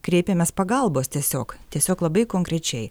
kreipėmės pagalbos tiesiog tiesiog labai konkrečiai